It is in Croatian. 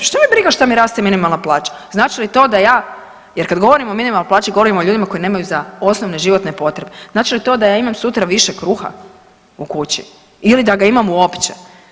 Šta me briga šta mi raste minimalna plaća, znači li to da ja, jer kad govorimo o minimalnoj plaći govorimo o ljudima koji nemaju za osnovne životne potrebe, znači li to da ja imam sutra više kruha u kući ili da ga imam uopće.